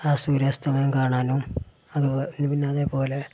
ആ സൂര്യാസ്തമനം കാണാനും അതുപിന്നതേപോലെ